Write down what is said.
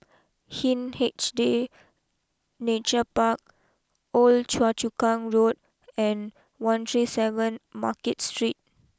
Hindhede Nature Park Old Choa Chu Kang Road and one three seven Market Street